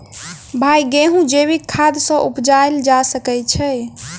भाई गेंहूँ जैविक खाद सँ उपजाल जा सकै छैय?